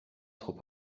trop